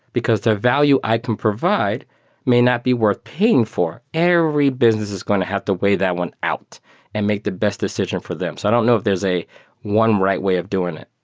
because the value i can provide may not be worth paying for. every business is going to have to weigh that one out and make the best decision for them. so i don't know if there's a one right way of doing it.